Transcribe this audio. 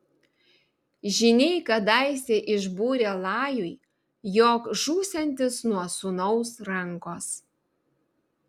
žyniai kadaise išbūrė lajui jog žūsiantis nuo sūnaus rankos